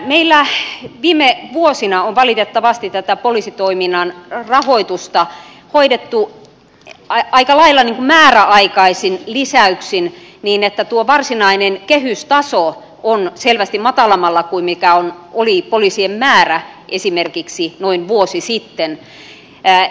meillä viime vuosina on valitettavasti tätä poliisitoiminnan rahoitusta hoidettu aika lailla määräaikaisin lisäyksin niin että varsinainen kehystaso on selvästi matalammalla kuin mikä oli poliisien määrä esimerkiksi noin vuosi sitten